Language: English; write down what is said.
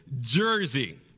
jersey